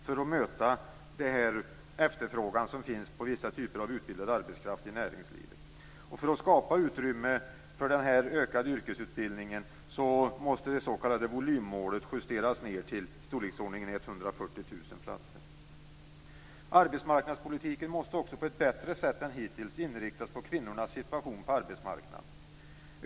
För att skapa utrymme för den ökade omfattningen av yrkesutbildningen måste det s.k. volymmålet justeras ned till i storleksordningen Arbetsmarknadspolitiken måste också på ett bättre sätt än hittills inriktas på kvinnornas situation på arbetsmarknaden.